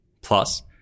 Plus